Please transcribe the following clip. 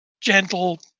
gentle